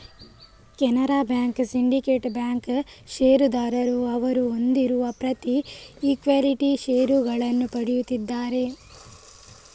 Canara bank, Syndicate bank ಷೇರುದಾರರು ಅವರು ಹೊಂದಿರುವ ಪ್ರತಿ ಈಕ್ವಿಟಿ ಷೇರುಗಳನ್ನು ಪಡೆಯುತ್ತಿದ್ದಾರೆ